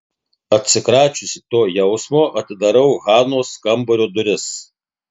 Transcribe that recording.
atsikračiusi to jausmo atidarau hanos kambario duris